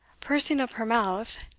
pursing up her mouth,